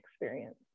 experience